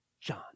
John